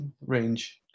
range